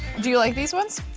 do you like these ones?